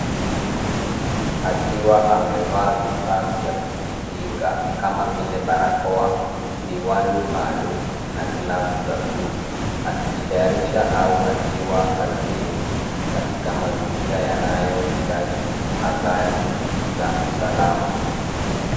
Ni mtu akiwa amevaa vifaa vya kujikinga kama vile barakoa, miwani maalum na glavu za blue akijitayarisha au akiwa kazini katika mazingira yanayohitaji tahadhari za usalama.